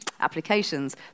applications